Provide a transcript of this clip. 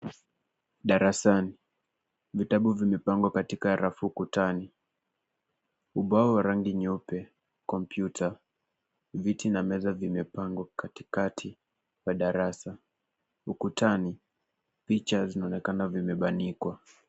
Darasani vitabu vimepangwa katika rafu ukutani . ubao wa rangi nyeupe , kompyuta, na viti meza vimeweza kupangwa katikati ya darasa. Ukutani picha zinaonekana vimebanikwa.